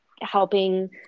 helping